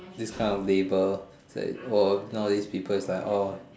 this kind of labour is like oh nowadays people be like orh